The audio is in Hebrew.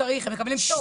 לא צריך, הם מקבלים פטור.